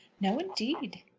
no, indeed.